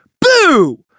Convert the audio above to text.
Boo